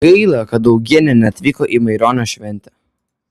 gaila kad augienė neatvyko į maironio šventę